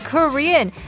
Korean